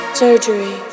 surgery